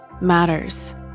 matters